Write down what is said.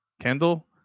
Kendall